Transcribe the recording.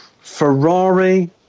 Ferrari